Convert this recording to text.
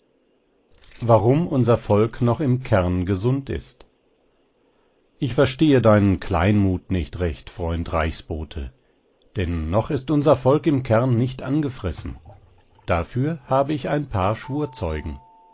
warum unser volk noch im kern gesund ist ich verstehe deinen kleinmut nicht recht freund reichsbote denn noch ist unser volk im kern nicht angefressen dafür habe ich ein paar